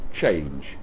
change